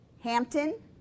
Hampton